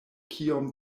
kiom